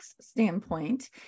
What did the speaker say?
standpoint